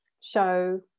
show